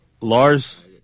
Lars